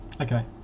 Okay